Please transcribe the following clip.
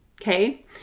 Okay